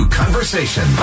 conversation